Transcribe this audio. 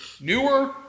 newer